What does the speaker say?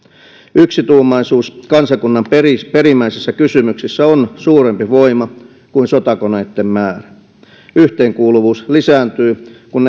yksituumaisuus kansakunnan perimmäisissä kysymyksissä on suurempi voima kuin sotakoneitten määrä yhteenkuuluvuus lisääntyy kun